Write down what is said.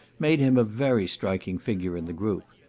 made him a very striking figure in the group.